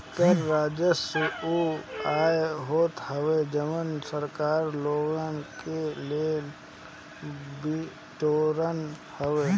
कर राजस्व उ आय होत हवे जवन सरकार लोग से लेके बिटोरत हवे